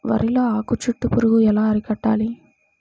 వరిలో ఆకు చుట్టూ పురుగు ఎలా అరికట్టాలి?